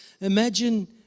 Imagine